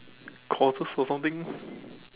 courses or something